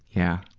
yeah.